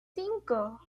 cinco